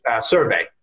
survey